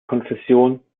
konfession